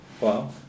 Wow